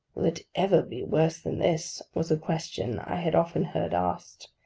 will it ever be worse than this was a question i had often heard asked,